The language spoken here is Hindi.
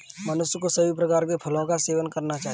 मनुष्य को सभी प्रकार के फलों का सेवन करना चाहिए